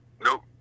Nope